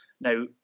Now